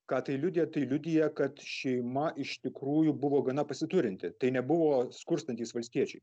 ką tai liudija tai liudija kad šeima iš tikrųjų buvo gana pasiturinti tai nebuvo skurstantys valstiečiai